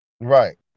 Right